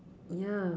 ya